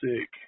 sick